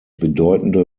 bedeutende